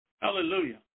Hallelujah